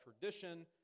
tradition